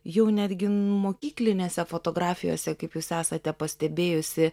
jau netgi mokyklinėse fotografijose kaip jūs esate pastebėjusi